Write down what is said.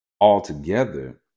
altogether